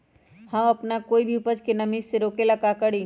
हम अपना कोई भी उपज के नमी से रोके के ले का करी?